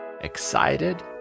excited